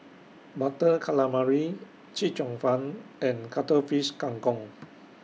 Butter Calamari Chee Cheong Fun and Cuttlefish Kang Kong